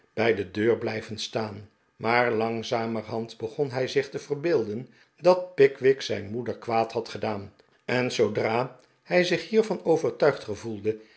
bij de deur blijven staan maar langzamerhand begon hij zich te verbeelden dat pickwick zijn moeder kwaad had gedaan en zoodra hij zich hiervan overtuigd gevoelde